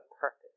purpose